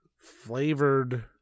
flavored